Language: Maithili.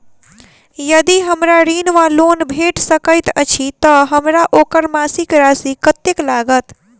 यदि हमरा ऋण वा लोन भेट सकैत अछि तऽ हमरा ओकर मासिक राशि कत्तेक लागत?